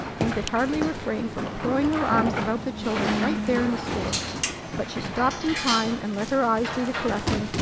and could hardly refrain from throwing her arms about the children right there in the store but she stopped in time and let her eyes do the caressing,